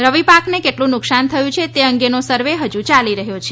રવિ પાકને કેટલું નુકશાન થયુ છે તે અંગેનો સર્વે ફજી ચાલી રહ્યો છે